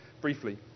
briefly